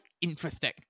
interesting